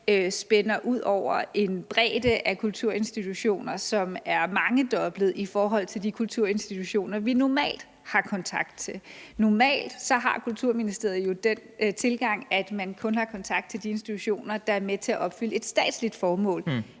spænder ud over en bredde af kulturinstitutioner, som er mangedoblet i forhold til de kulturinstitutioner, vi normalt har kontakt til. Normalt har Kulturministeriet jo den tilgang, at man kun har kontakt til de institutioner, der er med til at opfylde et statsligt formål.